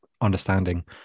understanding